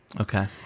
Okay